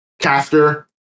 caster